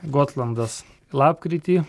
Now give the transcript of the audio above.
gotlandas lapkritį